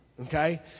Okay